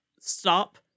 stop